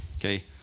Okay